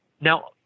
now